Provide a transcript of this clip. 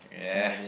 ya